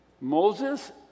Moses